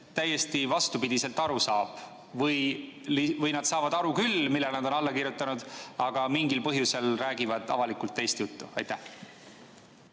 täiesti vastupidiselt aru saab? Või nad saavad aru küll, millele nad on alla kirjutanud, aga mingil põhjusel räägivad avalikult teist juttu? Suur